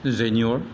जुजायनि अर